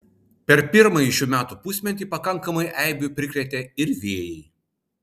per pirmąjį šių metų pusmetį pakankamai eibių prikrėtė ir vėjai